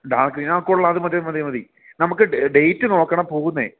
dark green ആ കൊള്ളാം അത് മതി അത് മതി അത് മതി നമുക്ക് ഡേറ്റ് നോക്കണം പോകുന്നത്